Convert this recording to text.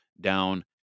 down